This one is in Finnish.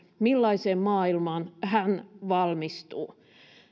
millaiseen maailmaan hän valmistuu